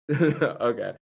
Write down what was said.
okay